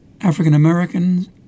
African-Americans